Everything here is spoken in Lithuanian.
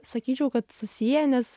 sakyčiau kad susiję nes